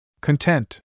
Content